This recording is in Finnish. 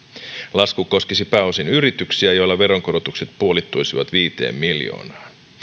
lasku koskisi pääosin yrityksiä joilla veronkorotukset puolittuisivat viiteen miljoonaan